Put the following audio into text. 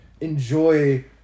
enjoy